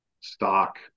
stock